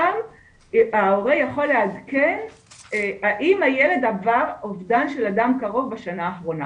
שם ההורה יכול לעדכן האם הילד עבר אובדן של אדם קרוב בשנה האחרונה,